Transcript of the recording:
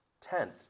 tent